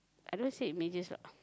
I don't say images what